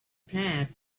path